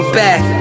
back